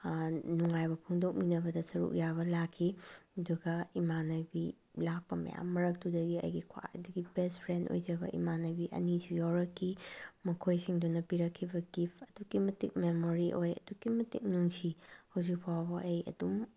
ꯅꯨꯡꯉꯥꯏꯕ ꯐꯣꯡꯗꯣꯛꯃꯤꯟꯅꯕꯗ ꯁꯔꯨꯛ ꯌꯥꯕ ꯂꯥꯛꯈꯤ ꯑꯗꯨꯒ ꯏꯃꯥꯟꯅꯕꯤ ꯂꯥꯛꯄ ꯃꯌꯥꯝ ꯃꯔꯛꯇꯨꯗꯒꯤ ꯑꯩꯒꯤ ꯈ꯭ꯋꯥꯏꯗꯒꯤ ꯕꯦꯁ ꯐ꯭ꯔꯦꯟ ꯑꯣꯏꯖꯕ ꯏꯃꯥꯟꯅꯕꯤ ꯑꯅꯤꯁꯨ ꯌꯥꯎꯔꯛꯈꯤ ꯃꯈꯣꯏꯁꯤꯡꯗꯨꯅ ꯄꯤꯔꯛꯈꯤꯕ ꯒꯤꯐ ꯑꯗꯨꯛꯀꯤ ꯃꯇꯤꯛ ꯃꯦꯃꯣꯔꯤ ꯑꯣꯏ ꯑꯗꯨꯛꯀꯤ ꯃꯇꯤꯛ ꯅꯨꯡꯁꯤ ꯍꯧꯖꯤꯛ ꯐꯥꯎꯕ ꯑꯩ ꯑꯗꯨꯝ